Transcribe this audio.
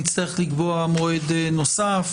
לקבוע מועד נוסף,